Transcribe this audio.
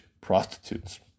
prostitutes